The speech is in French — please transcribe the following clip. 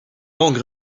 langue